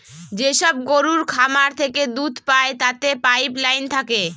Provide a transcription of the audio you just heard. যেসব গরুর খামার থেকে দুধ পায় তাতে পাইপ লাইন থাকে